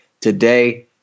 today